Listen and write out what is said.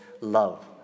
love